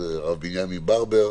אבל כל ההתנהלות